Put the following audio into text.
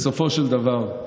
בסופו של דבר,